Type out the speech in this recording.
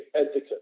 advocate